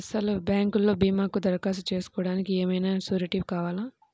అసలు బ్యాంక్లో భీమాకు దరఖాస్తు చేసుకోవడానికి ఏమయినా సూరీటీ కావాలా?